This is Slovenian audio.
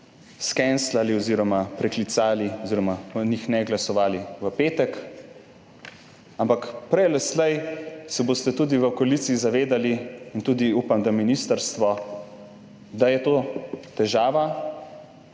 skenslali oziroma preklicali oziroma o njih ne glasovali v petek. Ampak prej ali slej se boste tudi v koaliciji zavedali, in tudi upam, da ministrstvo, da je to težava